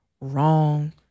wrong